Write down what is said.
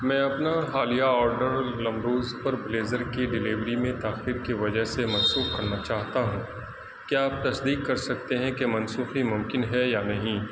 میں اپنا حالیہ آرڈر لمروز پر بلیزر کی ڈلیوری میں تاخیر کی وجہ سے منسوخ کرنا چاہتا ہوں کیا آپ تصدیق کر سکتے ہیں کہ منسوخی ممکن ہے یا نہیں